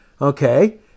Okay